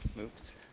oops